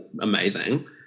amazing